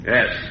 Yes